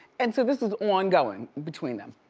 and so this is ongoing between them,